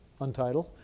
untitled